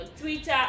Twitter